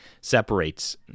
separates